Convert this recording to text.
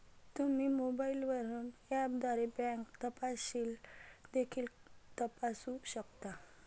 तुम्ही मोबाईलवरून ऍपद्वारे बँक तपशील देखील तपासू शकता